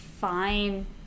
fine